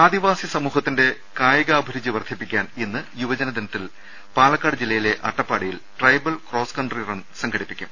ആദിവാസി സമൂഹത്തിന്റെ കായികാഭിരുചി വർധിപ്പിക്കാൻ ഇന്ന് യുവജനദിനത്തിൽ പാലക്കാട് ജില്ലയിലെ അട്ടപ്പാടിയിൽ ട്രൈബൽ ക്രോസ്കൺട്രി റൺ സംഘടിപ്പിക്കും